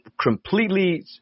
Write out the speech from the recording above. completely